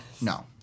No